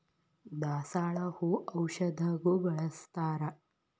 ದಾಸಾಳ ಹೂ ಔಷಧಗು ಬಳ್ಸತಾರ